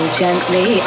gently